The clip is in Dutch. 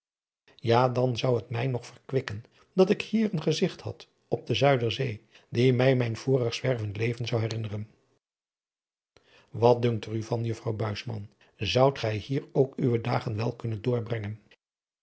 ja dan zou het mij nog verkwikken dat ik hier een gezigt had op de zuiderzee die mij mijn vorig zwervend leven zou herinneren wat dunkt er u van juffrouw buisman zoudt gij hier ook uwe dagen wel kunnen doorbrengen